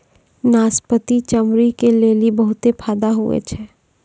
नाशपती चमड़ी के लेली बहुते फैदा हुवै छै